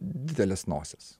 didelės nosies